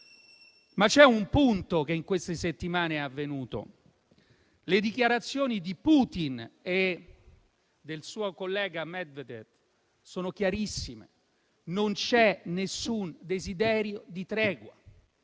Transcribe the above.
Ma c'è un fatto che in queste settimane è avvenuto, ovvero le dichiarazioni di Putin e del suo collega Medvedev sono chiarissime: non c'è nessun desiderio di tregua.